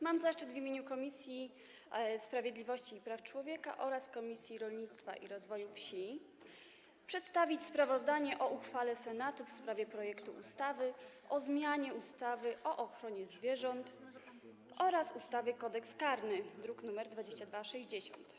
Mam zaszczyt w imieniu Komisji Sprawiedliwości i Praw Człowieka oraz Komisji Rolnictwa i Rozwoju Wsi przedstawić sprawozdanie o uchwale Senatu w sprawie ustawy o zmianie ustawy o ochronie zwierząt oraz ustawy Kodeks karny, druk nr 2260.